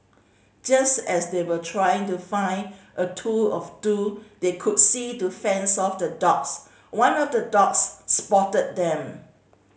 just as they were trying to find a tool or two that they could see to fend off the dogs one of the dogs spotted them